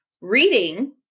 reading